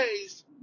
days